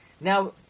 Now